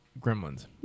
Gremlins